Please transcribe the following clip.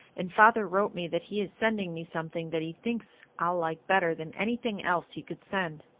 and father wrote me that he is sending me something that he thinks i'll like better than anything else he could send.